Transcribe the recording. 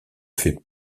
fait